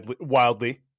wildly